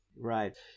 Right